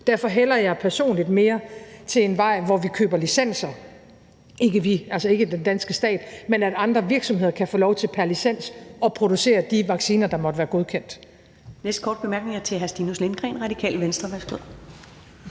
Derfor hælder jeg personligt mere til en vej, hvor vi køber licenser – og her er »vi« altså ikke den danske stat – men hvor andre virksomheder kan få lov til pr. licens at producere de vacciner, der måtte være godkendt.